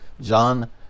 John